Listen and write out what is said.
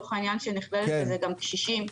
ולצורך העניין נכללים בזה גם קשישים,